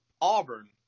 Auburn